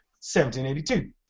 1782